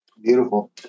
Beautiful